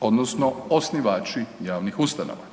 odnosno osnivači javnih ustanova.